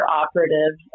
operative